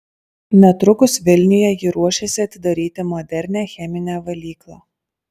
netrukus vilniuje ji ruošiasi atidaryti modernią cheminę valyklą